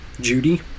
Judy